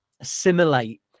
assimilate